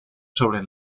sobre